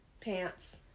Pants